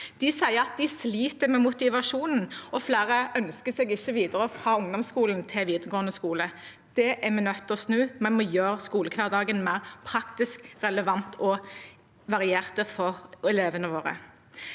De sier at de sliter med motivasjonen, og flere ønsker seg ikke videre fra ungdomsskolen til videregående skole. Det er vi nødt til å snu, vi må gjøre skolehverdagen mer praktisk, relevant og variert for elevene våre.